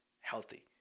healthy